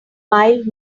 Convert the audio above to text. mild